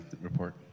report